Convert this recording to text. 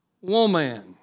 woman